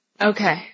Okay